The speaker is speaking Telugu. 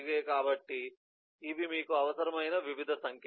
కాబట్టి ఇవి మీకు అవసరమైన వివిధ సంకేతాలు